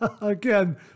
Again